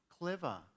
clever